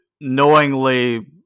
knowingly